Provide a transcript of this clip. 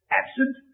absent